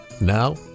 Now